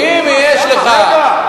רגע,